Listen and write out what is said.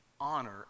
honor